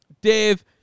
Dave